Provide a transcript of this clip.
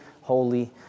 holy